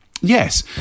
Yes